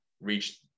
reach